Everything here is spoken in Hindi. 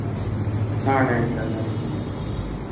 हाँ नैनीताल जाना है